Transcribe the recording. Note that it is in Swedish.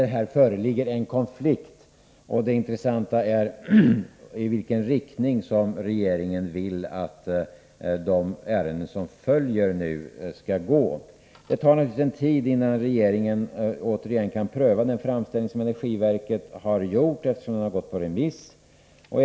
Det föreligger här självfallet en konflikt, och det intressanta är i vilken riktning regeringen vill att utslaget skall gå i de ärenden som följer. Eftersom energiverkets framställning har gått ut på remiss, tar det naturligtvis en tid innan den återigen kan prövas av regeringen.